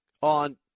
on